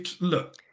Look